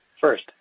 First